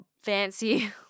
fancy